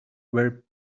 were